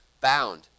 bound